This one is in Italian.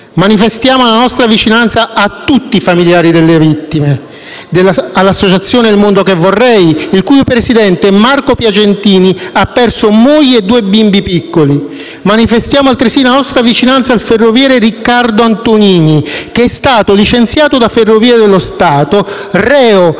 Manifestiamo la nostra vicinanza a tutti i familiari delle vittime, all'associazione «Il mondo che vorrei», il cui presidente, Marco Piacentini, ha perso moglie e due bimbi piccoli. Manifestiamo altresì la nostra vicinanza al ferroviere Riccardo Antonini, che è stato licenziato da Ferrovie dello Stato, reo